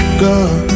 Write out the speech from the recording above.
girl